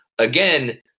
Again